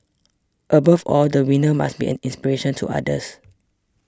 above all the winner must be an inspiration to others